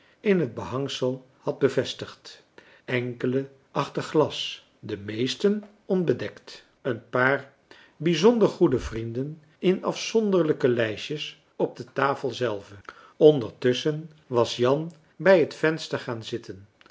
in het behangsel had bevestigd enkelen achter glas de meesten onbedekt een paar bijzonder goede vrienden in afzonderlijke lijstjes op de tafel zelve ondertusschen was jan bij het venster gaan zitten